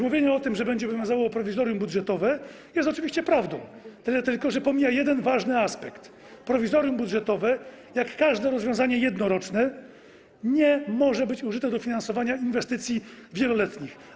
Mówienie o tym, że będzie obowiązywało prowizorium budżetowe, jest oczywiście prawdą, tyle tylko, że pomija się jeden ważny aspekt: prowizorium budżetowe, jak każde rozwiązanie jednoroczne, nie może być użyte do finansowania inwestycji wieloletnich.